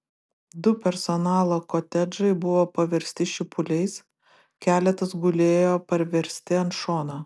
du personalo kotedžai buvo paversti šipuliais keletas gulėjo parversti ant šono